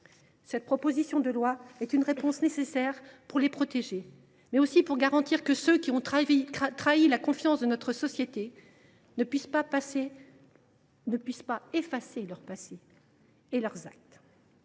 Cette proposition de loi est une réponse nécessaire pour les protéger, mais aussi pour garantir que ceux qui ont trahi la confiance de notre société ne pourront pas effacer leur passé et leurs actes.